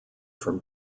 from